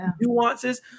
Nuances